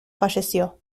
falleció